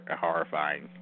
horrifying